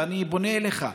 ואני פונה אליך: